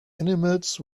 animals